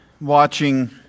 watching